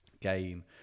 game